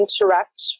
interact